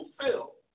fulfill